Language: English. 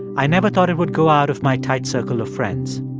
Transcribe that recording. i never thought it would go out of my tight circle of friends